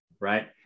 Right